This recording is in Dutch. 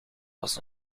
was